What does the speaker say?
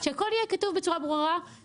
שהכול יהיה כתוב בצורה ברורה.